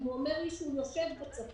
אם הוא אומר לי שהוא יושב בצפון,